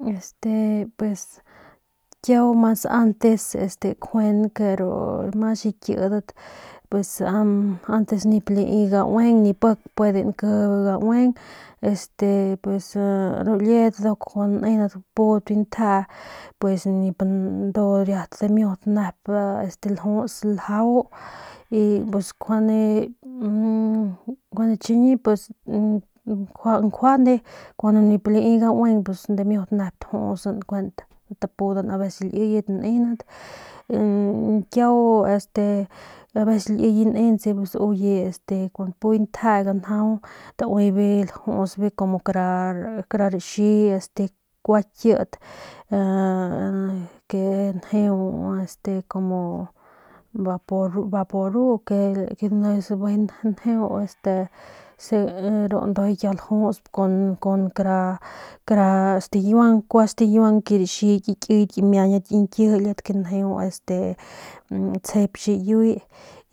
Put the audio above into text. Este pues kiau mas antes kjuenk ru mas xikidat pues antes nip lai gaeng ni pik puede nkiji gaueng este ru liedat nduk nendat pudat biu ntjee pues nip ndu dimiut nep ljus ljau y njuande chiñi pus njuande kun nip lai gaueng pus damiut tapudan aveces liyet nenat kiau este kun liye nentse uye este kun puye ntjee ganjau tauibe lajusbe kumu kara raxi kua kit ke njeu este como vaporu ke es bijiy njeu ru ndujuy kiau lajusp kun kara stikiuang kua stikiuang ki raxi kiyet kimiañit ki ñkijilat ke njeu este tsjep xiyuy